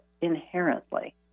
inherently